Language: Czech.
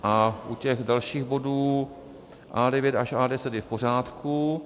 A u těch dalších bodů A9 až A10 je v pořádku.